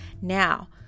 Now